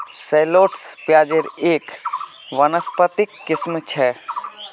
shallots प्याज़ेर एक वानस्पतिक किस्म छ